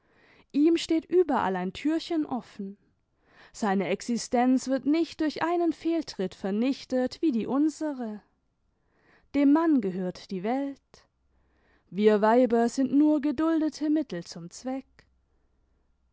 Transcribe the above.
ihm steht überall ein türchen offen seine existenz wird nicht durch einen fehltritt vernichtet wie die imsere dem mann gehört die welt wir weiber sind nur geduldete mittel zum zweck